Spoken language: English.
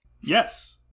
Yes